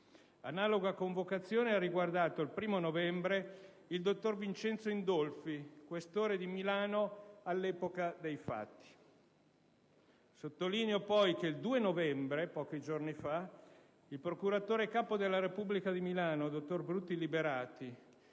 analoga convocazione ha riguardato, il 1° novembre, il dottor Vincenzo Indolfi, questore di Milano all'epoca dei fatti. Sottolineo poi che il 2 novembre, pochi giorni fa, il procuratore capo della procura della Repubblica di Milano, dottor Bruti Liberati,